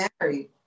married